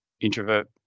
introvert